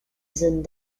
zones